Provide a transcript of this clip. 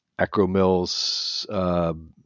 Acromills